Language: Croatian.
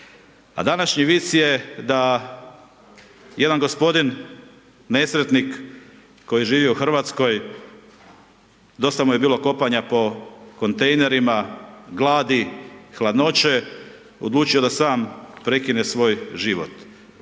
A današnji vic je da jedna gospodin nesretnik koji živi u Hrvatskoj, dosta mu je bilo kopanja po kontejnerima, gladi, hladnoće, odlučio da sam prekine svoj život